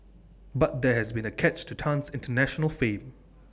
but there has been A catch to Tan's International fame